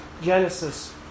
Genesis